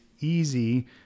easy